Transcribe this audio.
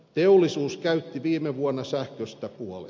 teollisuus käytti viime vuonna sähköstä puolet